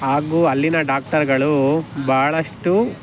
ಹಾಗೂ ಅಲ್ಲಿನ ಡಾಕ್ಟರ್ಗಳೂ ಭಾಳಷ್ಟು